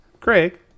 Craig